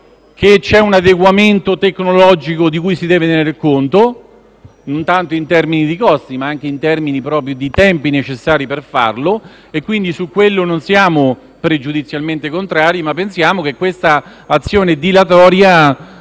c'è un adeguamento tecnologico di cui si deve tener conto, e in termini non tanto di costi, ma di tempi necessari per farlo. Su quello non siamo pregiudizialmente contrari, ma pensiamo che questa azione dilatoria